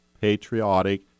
patriotic